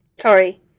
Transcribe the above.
Sorry